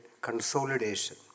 consolidation